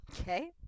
Okay